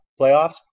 playoffs